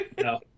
No